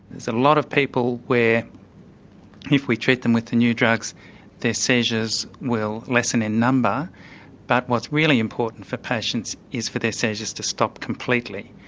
there's a lot of people where if we treat them with the new drugs their seizures will lessen in number but what's really important for patients is for their seizures to stop completely.